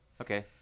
okay